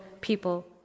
people